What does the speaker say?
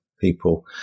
people